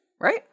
right